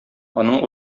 аның